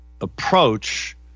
approach